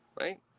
right